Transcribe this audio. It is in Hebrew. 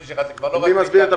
מי מסביר את